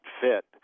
fit